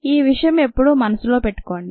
ఈ విషయం ఎప్పుడూ మనసులో పెట్టుకోండి